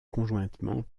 conjointement